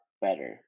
better